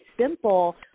simple